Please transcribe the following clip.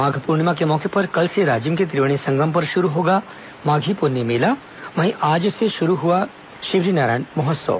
माघ पूर्णिमा के मौके पर कल से राजिम के त्रिवेणी संगम पर शुरू होगा माधी पुन्नी मेला वहीं आज से शुरू हुआ शिवरीनारायण महोत्सव